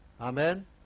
Amen